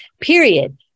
period